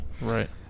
Right